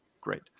Great